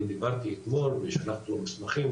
אני דיברתי אתמול ושלחתי לו מסמכים,